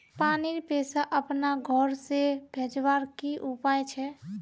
पानीर पैसा अपना घोर से भेजवार की उपाय छे?